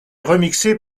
remixée